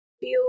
feel